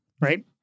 right